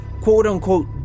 quote-unquote